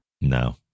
No